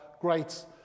great